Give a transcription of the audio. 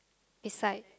beside